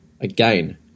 Again